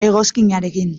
egoskinarekin